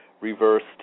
reversed